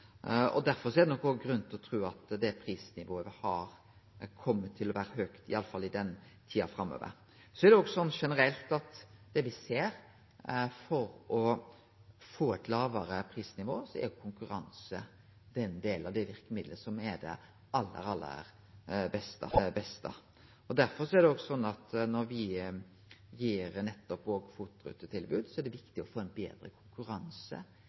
kapasitet. Derfor er det nok grunn til å tru at det prisnivået me har, kjem til å vere høgt i tida framover. Generelt ser me at for å få eit lågare prisnivå er konkurranse det aller, aller beste verkemiddelet. Derfor er det viktig når me gir FOT-rutetilbod, å få betre konkurranse